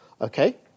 okay